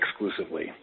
exclusively